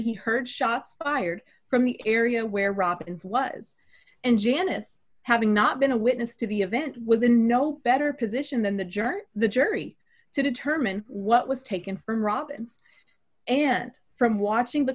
he heard shots fired from the area where robbins was and janice having not been a witness to the event with a no better position than the journey the jury to determine what was taken from robin's ent from watching the